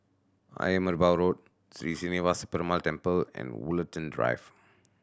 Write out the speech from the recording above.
Ayer Merbau Road Sri Srinivasa Perumal Temple and Woollerton Drive